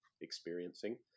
experiencing